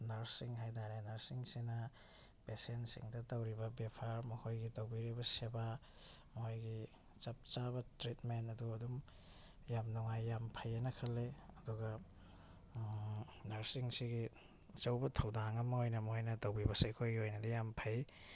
ꯅꯔꯁꯁꯤꯡ ꯍꯥꯏꯇꯔꯦ ꯅꯔꯁꯁꯤꯡꯁꯤꯅ ꯄꯦꯁꯦꯟꯁꯤꯡꯗ ꯇꯧꯔꯤꯕ ꯕꯦꯚꯥꯔ ꯃꯈꯣꯏꯒꯤ ꯇꯧꯕꯤꯔꯤꯕ ꯁꯦꯕꯥ ꯃꯣꯏꯒꯤ ꯆꯞ ꯆꯥꯕ ꯇ꯭ꯔꯤꯠꯃꯦꯟ ꯑꯗꯨ ꯑꯗꯨꯝ ꯌꯥꯝ ꯅꯨꯡꯉꯥꯏ ꯌꯥꯝ ꯐꯩ ꯑꯅ ꯈꯜꯂꯤ ꯑꯗꯨꯒ ꯅꯔꯁꯁꯤꯡꯁꯤꯒꯤ ꯑꯆꯧꯕ ꯊꯧꯗꯥꯡ ꯑꯃ ꯑꯣꯏꯅ ꯃꯣꯏꯅ ꯇꯧꯕꯤꯕꯁꯦ ꯑꯩꯈꯣꯏꯒꯤ ꯑꯣꯏꯅꯗꯤ ꯌꯥꯝ ꯐꯩ